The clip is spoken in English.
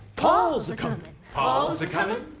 paul's a comin' paul's a comin'?